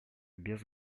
без